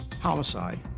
homicide